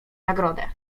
nagrodę